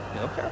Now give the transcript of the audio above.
Okay